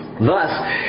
Thus